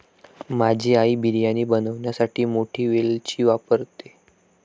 माझी आई बिर्याणी बनवण्यासाठी मोठी वेलची वापरते